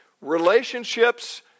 Relationships